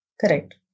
Correct